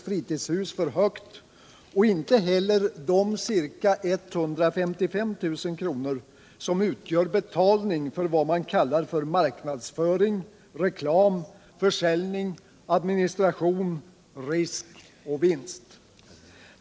fritidshus, för högt och inte heller de ca 155 000 kr. som utgör betalning för vad man kallar för marknadsföring, reklam, försäljning, administration, risk och vinst.